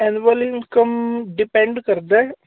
annual income depend ਕਰਦਾ